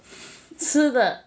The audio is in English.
吃的